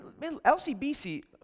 LCBC